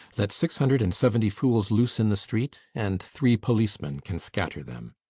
let six hundred and seventy fools loose in the street and three policemen can scatter them.